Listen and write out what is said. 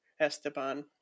Esteban